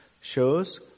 shows